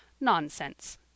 Nonsense